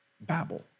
Babel